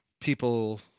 people